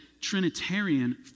Trinitarian